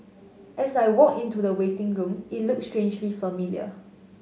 as I walk into the waiting room it looked strangely familiar